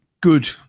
good